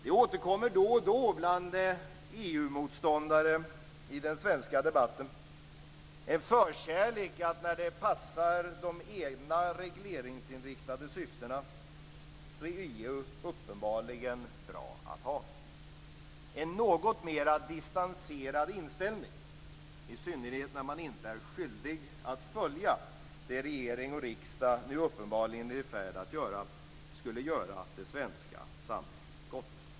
Det återkommer då och då bland EU-motståndare i den svenska debatten en förkärlek att när det passar de egna regleringsinriktade syftena tycka att EU är bra att ha. En något mera distanserad inställning, i synnerhet när man inte är skyldig att följa det regering och riksdag nu är i färd med att genomföra, skulle göra det svenska samhället gott.